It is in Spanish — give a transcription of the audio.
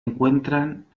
encuentran